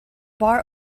bar